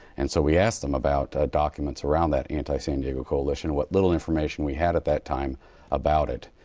and so we asked them about documents around that anti-san diego collision. what little information we had at that time about it.